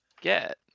get